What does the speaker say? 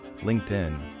LinkedIn